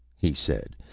he said,